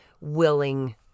willing